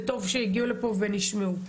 וטוב שהגיעו לפה ונשמעו.